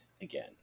again